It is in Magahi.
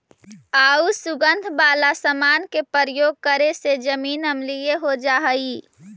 आउ सुगंध वाला समान के प्रयोग करे से जमीन अम्लीय हो जा हई